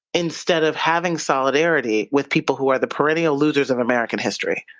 instead of having solidarity with people who are the perennial losers of american history?